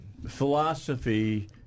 philosophy